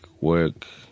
Work